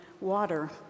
water